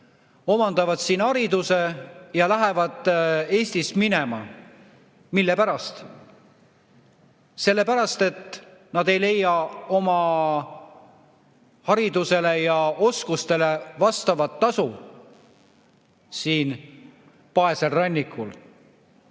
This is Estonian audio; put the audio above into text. omandavad siin hariduse ja lähevad Eestist minema. Mille pärast? Selle pärast, et nad ei leia oma haridusele ja oskustele vastavat tasu siin paesel rannikul.